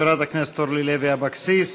חברת הכנסת אורלי לוי אבקסיס,